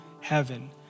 heaven